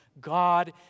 God